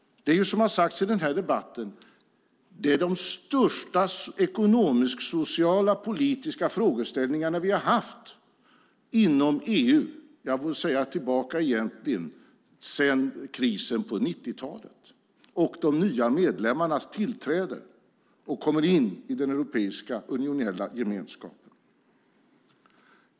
Det som har tagits upp i den här debatten är de största ekonomisk-sociala och politiska frågeställningar vi har haft inom EU sedan krisen på 90-talet och de nya medlemmarnas inträde i den europeiska unionella gemenskapen.